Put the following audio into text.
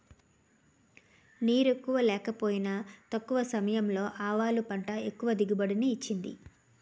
నీరెక్కువ లేకపోయినా తక్కువ సమయంలో ఆవాలు పంట ఎక్కువ దిగుబడిని ఇచ్చింది